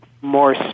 more